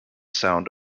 sound